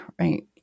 right